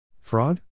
Fraud